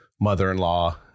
mother-in-law